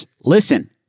Listen